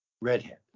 Redhead